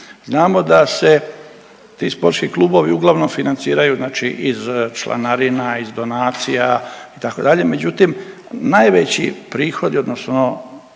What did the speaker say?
Znamo da se ti sportski klubovi uglavnom financiraju znači iz članarina, iz donacija, itd., međutim, najveći prihodi odnosno